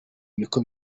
niko